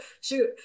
shoot